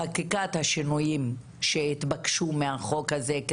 בחקיקת השינויים שהתבקשו מהחוק הזה,